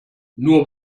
nur